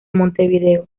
montevideo